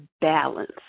balance